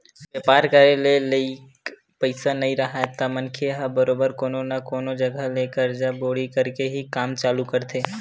बेपार करे के लइक पइसा नइ राहय त मनखे ह बरोबर कोनो न कोनो जघा ले करजा बोड़ी करके ही काम चालू करथे